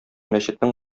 мәчетнең